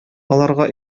аларга